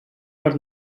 per